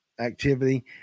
activity